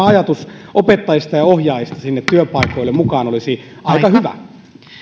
ajatus opettajista ja ohjaajista sinne työpaikoille mukaan olisi aika hyvä